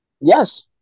Yes